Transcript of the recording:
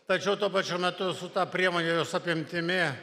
tačiau tuo pačiu metu su ta priemone jos apimtimi